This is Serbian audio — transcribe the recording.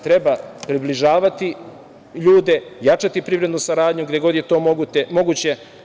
Treba približavati ljude, jačati privrednu saradnju, gde god je to moguće.